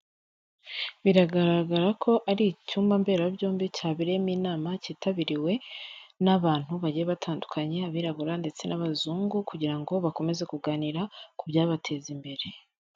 Biragaragara ko ari icyumba mberabyombi cyabereyemo inama kitabiriwe n'abantu bagiye batandukanye, abirabura ndetse n'abazungu, kugira ngo bakomeze kuganira ku byabateza imbere.